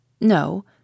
No